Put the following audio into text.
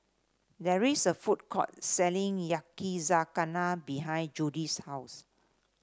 there is a food court selling Yakizakana behind Judy's house